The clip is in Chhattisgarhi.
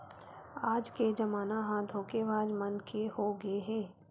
आज के जमाना ह धोखेबाज मन के होगे हे